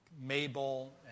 Mabel